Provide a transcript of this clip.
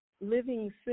living